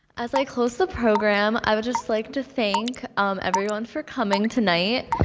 as i close the program, i would just like to thank um everyone for coming tonight,